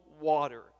water